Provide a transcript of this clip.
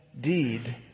deed